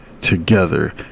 together